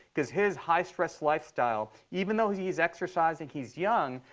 because his high-stress lifestyle, even though he's he's exercising, he's young,